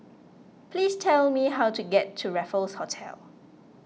please tell me how to get to Raffles Hotel